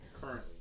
currently